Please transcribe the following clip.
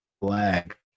black